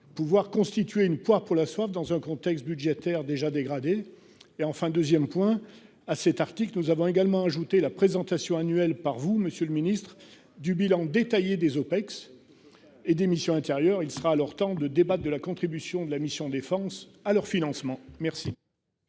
pouvoir constituer une poire pour la soif. Dans un contexte budgétaire déjà dégradé et enfin 2ème point à cet article. Nous avons également ajouté la présentation annuelle par vous, Monsieur le Ministre du bilan détaillé des OPEX. Et d'missions intérieur il sera leur temps de débat de la contribution de la mission Défense à leur financement. Merci.